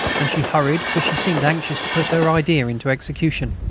and she hurried, for she seemed anxious to put her idea into execution.